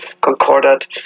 Concordat